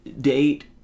date